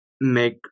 make